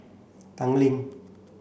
Tanglin